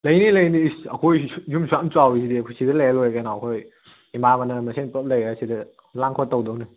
ꯂꯩꯅꯤ ꯂꯩꯅꯤ ꯏꯁ ꯑꯩꯈꯣꯏ ꯌꯨꯝ ꯑꯁꯨꯛ ꯌꯥꯝ ꯆꯥꯎꯔꯤꯁꯤꯗꯤ ꯑꯩꯈꯣꯏ ꯁꯤꯗ ꯂꯩꯔ ꯂꯣꯏꯔꯦ ꯀꯩꯅꯣ ꯑꯩꯈꯣꯏ ꯏꯃꯥꯟꯅꯕ ꯃꯁꯦꯟ ꯄꯨꯜꯂꯞ ꯂꯩꯔ ꯃꯁꯤꯗ ꯂꯥꯡ ꯈꯣꯠ ꯇꯧꯗꯧꯅꯤ